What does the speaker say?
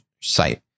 site